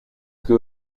que